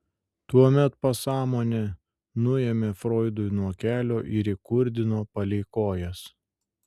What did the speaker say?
tuomet pasąmonę nuėmė froidui nuo kelio ir įkurdino palei kojas